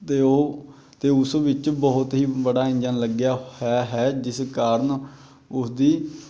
ਅਤੇ ਉਹ ਅਤੇ ਉਸ ਵਿੱਚ ਬਹੁਤ ਹੀ ਬੜਾ ਇੰਜਣ ਲੱਗਿਆ ਹੋਇਆ ਹੈ ਜਿਸ ਕਾਰਨ ਉਸਦੀ